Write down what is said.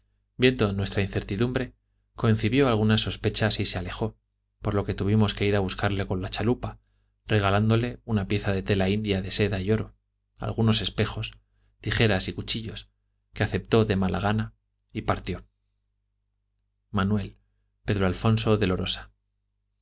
viendo nuestra incertidumbre concibió algunas sospechas y se alejó por lo que tuvimos que ir a buscarle con la chalupa regalándole una pieza de tela india de seda y oro algunos espejos tijeras y cuchillos que aceptó de mala gana y partió manuel pedro alfonso de